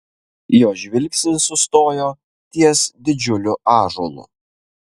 jo žvilgsnis sustojo ties didžiuliu ąžuolu